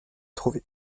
trouvé